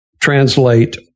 translate